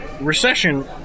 Recession